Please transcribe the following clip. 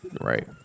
Right